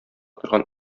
торган